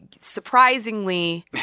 surprisingly